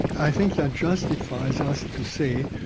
i think that justifies us to say,